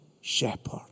shepherd